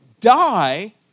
die